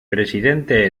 presidente